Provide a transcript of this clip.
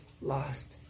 lost